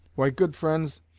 why, good friends,